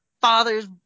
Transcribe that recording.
father's